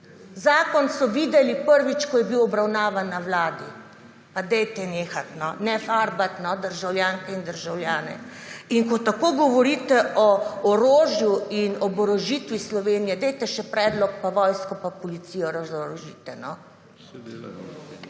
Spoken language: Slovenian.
Zakon so videli prvič, ko je bil obravnavan na Vladi. Pa dajte nehati no. Ne »farbati« no državljanke in državljane. In ko tako govorite o orožju in oborožitvi Slovenije, dajte še predlog, pa vojsko pa policijo razorožite.